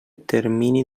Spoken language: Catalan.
termini